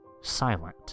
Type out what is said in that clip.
silent